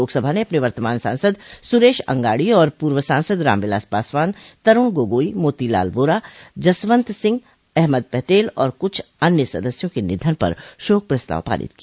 लोकसभा ने अपने वर्तमान सांसद सुरेश अंगाडी और पूर्व सांसद राम विलास पासवान तरूण गोगोई मोती लाल वोहरा जसवंत सिंह अहमद पटेल और कुछ अन्य सदस्यों के निधन पर शोक प्रस्ताव पारित किया